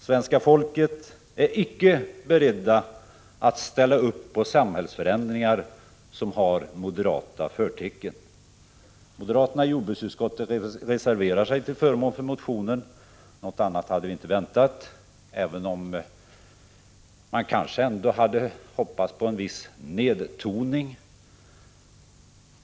Svenska folket är icke berett att ställa upp på samhällsförändringar som har moderata förtecken. Moderaterna i jordbruksutskottet reserverar sig till förmån för motionen. Något annat hade vi inte väntat, även om vi kanske hade hoppats på en viss nedtoning.